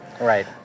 Right